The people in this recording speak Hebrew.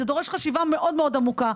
זה דורש חשיבה מאוד עמוקה,